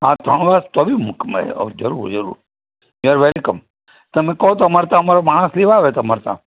આ ત્રણ વર્ષ તોબી મૂકો માય જરૂર જરૂર યુ આર વેલકમ તમે કહો તો અમારે તો અમારો માણસ લેવા આવે તમારે ત્યાં